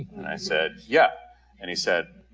and i said yeah and he said